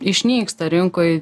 išnyksta rinkoj